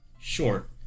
short